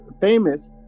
famous